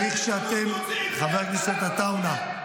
חבר הכנסת, קריאה ראשונה.